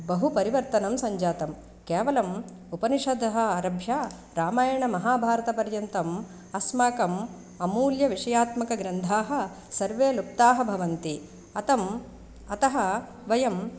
बहु परिवर्तनं सञ्जातं केवलं उपनिषदः आरभ्य रामायणमहाभारतपर्यन्तम् अस्माकं अमूल्यविषयात्मकग्रन्थाः सर्वे लुप्ताः भवन्ति अतः अतः वयं